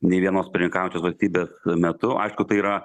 nei vienos pirmininkaujančios valstybės metu aišku tai yra